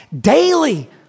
daily